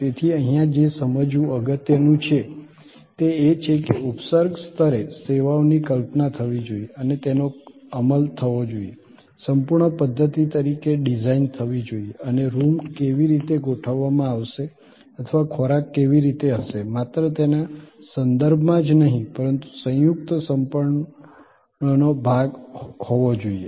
તેથી અહીંયા જે સમજવું અગત્યનું છે તે એ છે કે ઉપસર્ગ સ્તરે સેવાઓની કલ્પના થવી જોઈએ અને તેનો અમલ થવો જોઈએ સંપૂર્ણ પધ્ધતિ તરીકે ડિઝાઇન થવી જોઈએ અને રૂમ કેવી રીતે ગોઠવવામાં આવશે અથવા ખોરાક કેવી રીતે હશે માત્ર તેના સંદર્ભ માં જ નહીં પરંતુ સંયુક્ત સંપૂર્ણ નો ભાગ હોવો જોઈએ